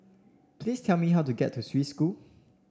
please tell me how to get to Swiss School